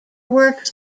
works